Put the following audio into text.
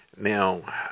Now